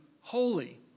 holy